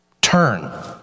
Turn